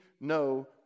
no